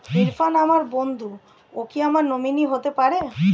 ইরফান আমার বন্ধু ও কি আমার নমিনি হতে পারবে?